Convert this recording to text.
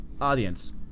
audience